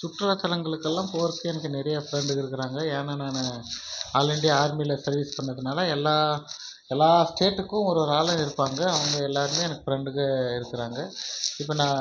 சுற்றுலா தலங்களுக்குலாம் போறத்துக்கு எனக்கு நிறையா ஃப்ரெண்டுங்கள் இருக்கிறாங்க ஏன்னால் நான் ஆல் இண்டியா ஆர்மியில் சர்வீஸ் பண்ணிணதுனால எல்லா எல்லா ஸ்டேட்டுக்கும் ஒரு ஒரு ஆள் இருப்பாங்க அவங்க எல்லோருமே எனக்கு ஃப்ரெண்டுகள் இருக்கிறாங்க இப்போ நான்